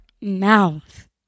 mouth